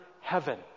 heaven